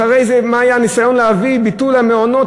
אחרי זה היה ניסיון להביא את ביטול המעונות,